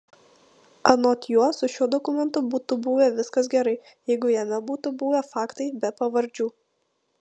anot jo su šiuo dokumentu būtų buvę viskas gerai jeigu jame būtų buvę faktai be pavardžių